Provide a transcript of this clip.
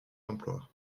emplois